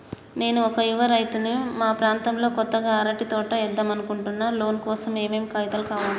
నేను ఒక యువ రైతుని మా ప్రాంతంలో కొత్తగా అరటి తోట ఏద్దం అనుకుంటున్నా లోన్ కోసం ఏం ఏం కాగితాలు కావాలే?